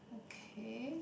okay